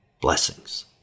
blessings